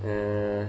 uh